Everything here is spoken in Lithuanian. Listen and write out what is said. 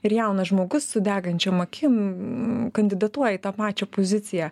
ir jaunas žmogus su degančiom akim kandidatuoja į tą pačią poziciją